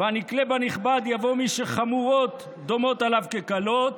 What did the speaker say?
והנקלה בנכבד, יבוא מי שחמורות דומות עליו כקלות